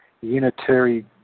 Unitary